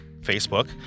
Facebook